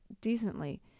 decently